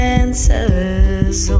answers